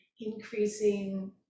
increasing